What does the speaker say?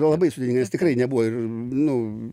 labai sudėtinga nes tikrai nebuvo ir nu